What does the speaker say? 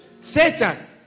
Satan